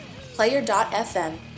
Player.fm